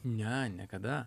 ne niekada